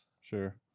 Sure